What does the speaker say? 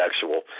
sexual